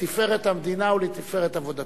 לתפארת המדינה ולתפארת עבודתו.